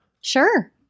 sure